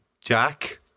Jack